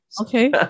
Okay